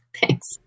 Thanks